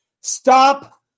Stop